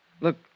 Look